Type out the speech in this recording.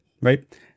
right